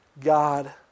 God